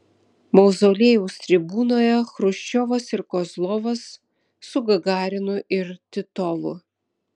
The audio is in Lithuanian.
mauzoliejaus tribūnoje chruščiovas ir kozlovas su gagarinu ir titovu